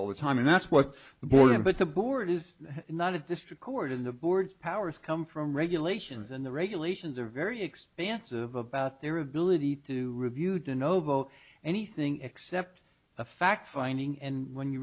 all the time and that's what the morning but the board is not a district court in the board's powers come from regulations and the regulations are very expansive about their ability to review de novo anything except a fact finding and when you